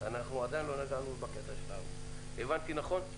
הבנתי נכון?